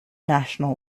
national